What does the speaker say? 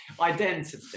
identity